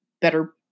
better